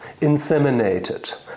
inseminated